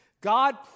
god